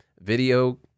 video